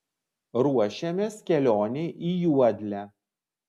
ruošiamės kelionei į juodlę